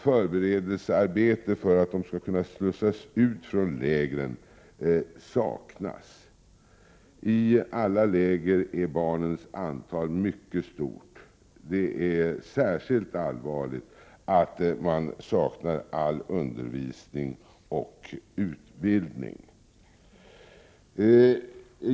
Förberedelsearbete för att de skall kunna slussas ut från lägren saknas. I alla läger är barnens antal mycket stort. Det är särskilt allvarligt att man saknar all undervisning och utbildning.